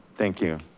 thank you.